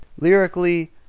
Lyrically